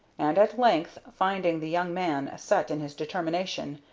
and at length, finding the young man set in his determination,